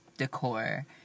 decor